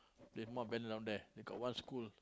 Mountbatten down there they got one school